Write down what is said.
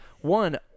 One